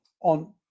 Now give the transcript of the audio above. on